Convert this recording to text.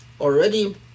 already